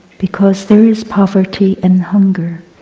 because there is poverty and hunger